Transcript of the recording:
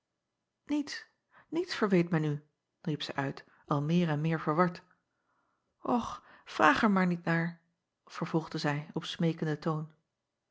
iets niets verweet men u riep zij uit al meer en meer verward och vraag er maar niet naar vervolgde zij op smeekenden toon